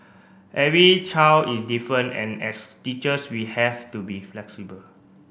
every child is different and as teachers we have to be flexible